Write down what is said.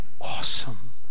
awesome